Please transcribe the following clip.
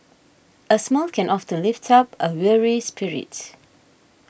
a smile can often lift up a weary spirit